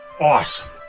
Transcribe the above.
Awesome